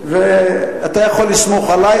אתה יכול לסמוך עלי,